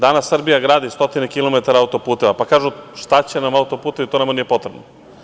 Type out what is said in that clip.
Danas Srbija gradi stotine kilometara autoputeva, pa kažu – šta će nam autoputevi, to nama nije potrebno.